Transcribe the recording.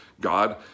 God